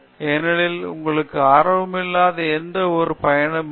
ஏனெனில் உங்களுக்கு ஆர்வமில்லாத ஒன்று எந்த பயனும் தராது